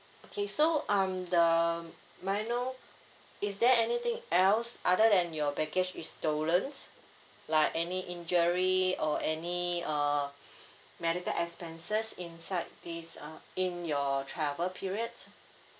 okay so um the may I know is there anything else other than your baggage is stolen like any injury or any uh medical expenses inside this uh in your travel periods